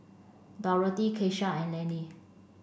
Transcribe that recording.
Dorthey Keisha and Lannie